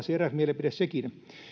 se eräs mielipide sekin